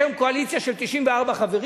יש היום קואליציה של 94 חברים,